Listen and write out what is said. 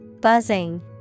Buzzing